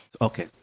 Okay